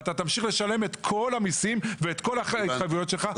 אתה תמשיך לשלם את כול המיסים וההתחייבויות שלך.